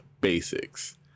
basics